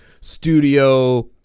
studio